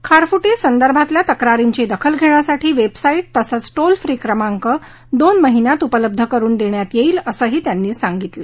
खारफुटी संदर्भातल्या तक्रारींची दखल घेण्यासाठी वेबसाईट तसंच टोल फ्री क्रमांक दोन महिन्यात उपलब्ध करुन देण्यात येईल असंही त्यांनी सांगितलं